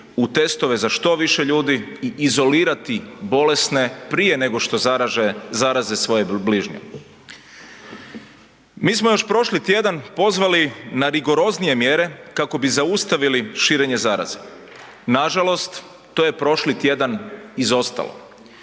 u testove za što više ljudi i izolirati bolesne prije nego što zaraze svoje bližnje. Mi smo još prošli tjedan pozvali na rigoroznije mjere kako bi zaustavili širenje zaraze. Nažalost, to je prošli tjedan izostalo.